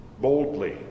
boldly